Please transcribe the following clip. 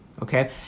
okay